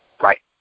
Right